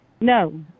No